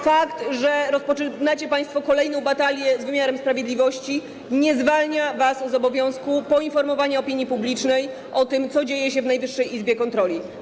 Fakt, że rozpoczynacie państwo kolejną batalię z wymiarem sprawiedliwości, nie zwalnia was z obowiązku poinformowania opinii publicznej o tym, co dzieje się w Najwyższej Izbie Kontroli.